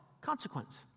consequence